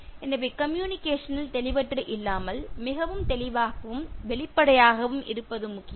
எனவே கம்யூனிகேஷன் இல் தெளிவற்று இல்லாமல் மிகவும் தெளிவாகவும் வெளிப்படையாகவும் இருப்பது முக்கியம்